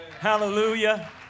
Hallelujah